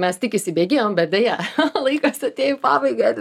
mes tik įsibėgėjom bet deja laikas atėjo į pabaigą